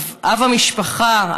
אב המשפחה,